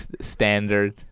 standard